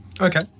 Okay